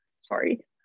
sorry